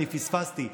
אני פספסתי.